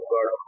God